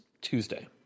Tuesday